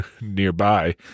nearby